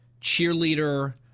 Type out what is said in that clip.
cheerleader